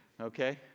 okay